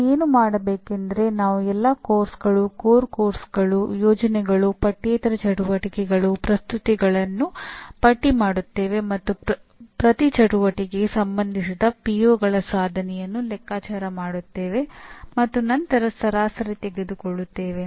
ನಾವು ಏನು ಮಾಡಬೇಕೆಂದರೆ ನಾವು ಎಲ್ಲಾ ಪಠ್ಯಕ್ರಮಗಳು ಮೂಲ ಪಠ್ಯಕ್ರಮಗಳು ಯೋಜನೆಗಳು ಪಠ್ಯೇತರ ಚಟುವಟಿಕೆಗಳು ಪ್ರಸ್ತುತಿಗಳನ್ನು ಪಟ್ಟಿ ಮಾಡುತ್ತೇವೆ ಮತ್ತು ಪ್ರತಿ ಚಟುವಟಿಕೆಗೆ ಸಂಬಂಧಿಸಿದ ಪಿಒಗಳ ಸಾಧನೆಯನ್ನು ಲೆಕ್ಕಾಚಾರ ಮಾಡುತ್ತೇವೆ ಮತ್ತು ನಂತರ ಸರಾಸರಿ ತೆಗೆದುಕೊಳ್ಳುತ್ತೇವೆ